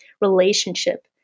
relationship